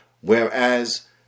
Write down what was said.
Whereas